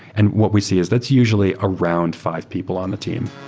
and what we see is that's usually around five people on the team.